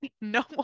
no